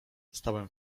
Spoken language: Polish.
stałem